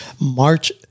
March